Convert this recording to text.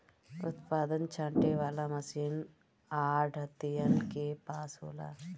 उत्पादन छाँटे वाला मशीन आढ़तियन के पास होला